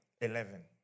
Eleven